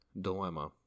dilemma